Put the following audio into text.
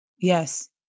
Yes